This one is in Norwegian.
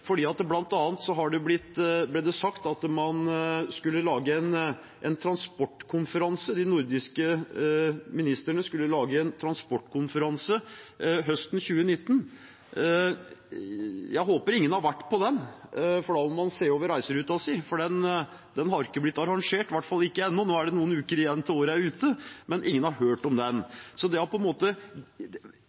det ble bl.a. sagt at de nordiske ministrene skulle lage en transportkonferanse høsten 2019. Jeg håper ingen har vært på den – da må man se over reiseruten sin – for den er ikke blitt arrangert. Nå er det noen uker igjen til året er omme, men ingen har hørt om den. Det har på en måte